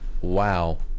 Wow